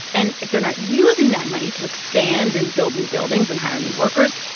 and if they're not using that money to expand and build new buildings and hire new workers,